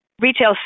retail